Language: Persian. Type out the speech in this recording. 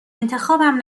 انتخابم